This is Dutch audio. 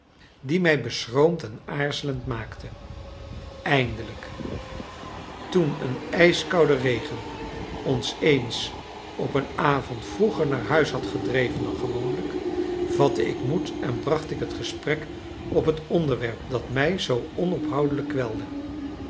die mij beschroomd en aarzelend maakte eindelijk toen een ijskoude regen ons eens op een avond vroeger naar huis had gedreven dan gewoonlijk vatte ik moed en bracht ik het gesprek op het onderwerp dat mij zoo onophoudelijk kwelde